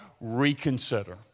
reconsider